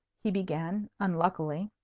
he began, unluckily.